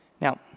Now